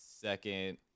second